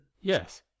Yes